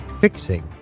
fixing